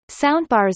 Soundbars